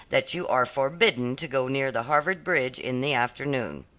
that you are forbidden to go near the harvard bridge in the afternoon.